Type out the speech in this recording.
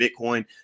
Bitcoin